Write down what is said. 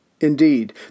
Indeed